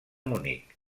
munic